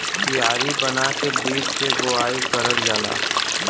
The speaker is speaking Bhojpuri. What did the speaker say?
कियारी बना के बीज के बोवाई करल जाला